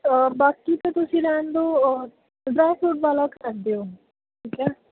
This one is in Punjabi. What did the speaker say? ਬਾਕੀ ਤਾਂ ਤੁਸੀਂ ਰਹਿਣ ਦਿਓ ਡਰਾਈ ਫਰੂਟ ਵਾਲਾ ਕਰ ਦਿਓ ਠੀਕ ਹੈ